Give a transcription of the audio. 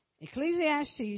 Ecclesiastes